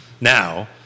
Now